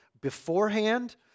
beforehand